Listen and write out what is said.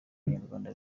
abanyarwanda